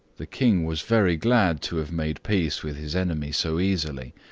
the king was very glad to have made peace with his enemy so easily,